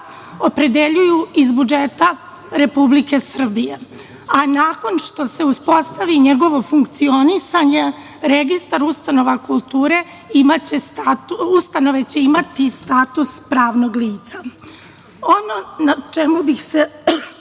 opredeljuju iz budžeta Republike Srbije, a nakon što se uspostavi njegovo funkcionisanje, registar ustanova kulture, ustanove će imati status pravnog lica. Ono na čemu bih se